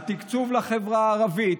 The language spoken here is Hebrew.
התקצוב לחברה הערבית,